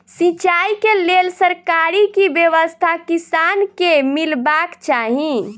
सिंचाई केँ लेल सरकारी की व्यवस्था किसान केँ मीलबाक चाहि?